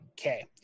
Okay